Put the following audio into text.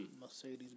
mercedes